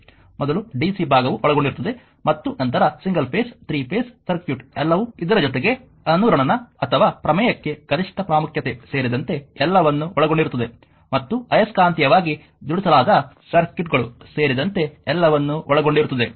ಮೊದಲು ಡಿಸಿ ಭಾಗವು ಒಳಗೊಂಡಿರುತ್ತದೆ ಮತ್ತು ನಂತರ single phase three phase circuit ಎಲ್ಲವೂ ಇದರ ಜೊತೆಗೆ ಅನುರಣನ ಅಥವಾ ಪ್ರಮೇಯಕ್ಕೆ ಗರಿಷ್ಠ ಪ್ರಾಮುಖ್ಯತೆ ಸೇರಿದಂತೆ ಎಲ್ಲವನ್ನೂ ಒಳಗೊಂಡಿರುತ್ತದೆ ಮತ್ತು ಆಯಸ್ಕಾಂತೀಯವಾಗಿ ಜೋಡಿಸಲಾದ ಸರ್ಕ್ಯೂಟ್ಗಳು ಸೇರಿದಂತೆ ಎಲ್ಲವನ್ನೂ ಒಳಗೊಂಡಿರುತ್ತದೆ